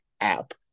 app